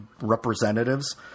representatives